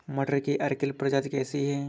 मटर की अर्किल प्रजाति कैसी है?